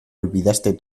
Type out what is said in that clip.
olvidaste